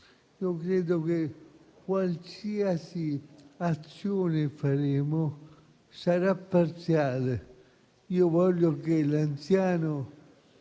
a sé, qualsiasi azione faremo sarà parziale. Io voglio che gli anziani